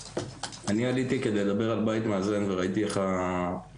אני עליתי כדי לדבר על בית מאזן וראיתי איך הדיון